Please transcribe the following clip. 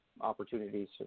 opportunities